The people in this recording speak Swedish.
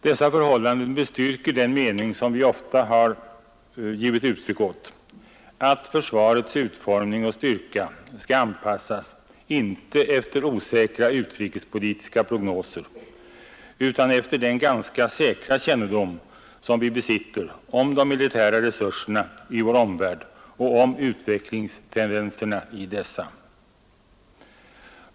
Dessa förhållanden bestyrker den mening som vi på vårt håll så ofta har givit uttryck åt — att försvarets utformning och styrka skall anpassas, inte efter osäkra utrikespolitiska prognoser, utan efter den säkra kännedomen om de militära resurserna i vår omvärld och om utvecklingstendenserna i dessa.